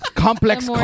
Complex